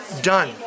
Done